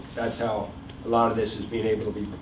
that's how a lot of this is being able to be